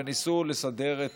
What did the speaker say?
וניסו לסדר את